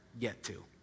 get-to